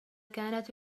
كانت